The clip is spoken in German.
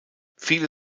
viele